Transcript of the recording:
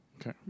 Okay